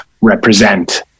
represent